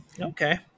Okay